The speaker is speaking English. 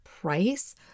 price